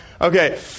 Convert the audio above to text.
Okay